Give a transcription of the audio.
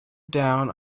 down